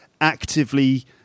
actively